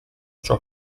ciò